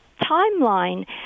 timeline